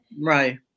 right